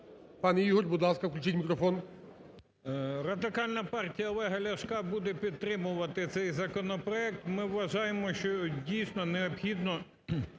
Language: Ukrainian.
Пане Ігор, будь ласка, включіть мікрофон. 17:41:12 МОСІЙЧУК І.В. Радикальна партія Олега Ляшка буде підтримувати цей законопроект. Ми вважаємо, що дійсно необхідно